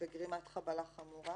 וגרימת חבלה חמורה